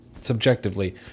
subjectively